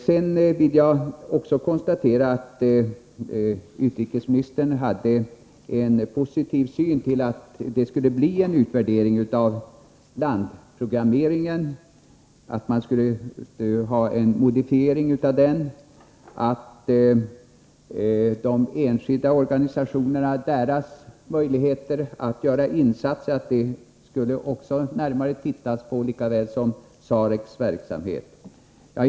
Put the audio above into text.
Sedan vill jag också konstatera att utrikesministern hade en positiv syn på en utvärdering av landprogrammeringen och att man skulle göra en modifiering av den, på ett närmare studium av de enskilda organisationernas möjligheter att göra insatser lika väl som på en utredning beträffande SAREC:s verksamhet.